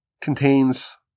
contains